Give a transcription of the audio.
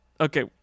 okay